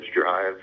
drive